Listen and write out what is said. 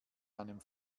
einem